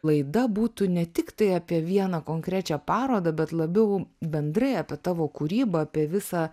laida būtų ne tiktai apie vieną konkrečią parodą bet labiau bendrai apie tavo kūrybą apie visą